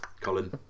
Colin